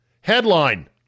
Headline